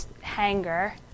hanger